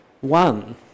one